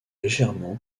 légèrement